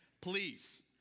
Please